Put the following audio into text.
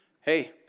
Hey